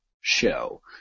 show